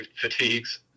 fatigues